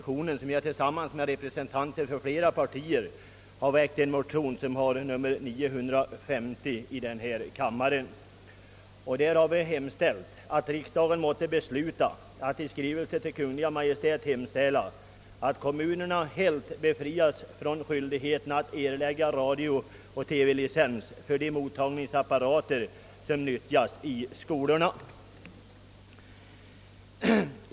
Tillsammans med representanter för flera partier har jag väckt motionen II: 950, som är likalydande med motionen 1: 777 och vari hemställes att riksdagen måtte besluta att i skrivelse till Kungl. Maj:t hemställa att kommunerna helt befrias från skyldighet att erlägga radio/TV-licens för de mottagningsapparater som nyttjas i skolorna.